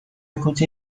بودی